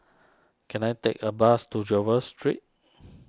can I take a bus to Jervois Street